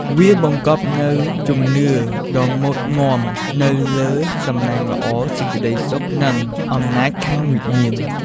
វាបង្កប់នូវជំនឿដ៏មុតមាំទៅលើសំណាងល្អ សេចក្ដីសុខ និងអំណាចខាងវិញ្ញាណ។